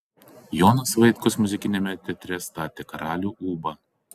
jonas vaitkus muzikiniame teatre statė karalių ūbą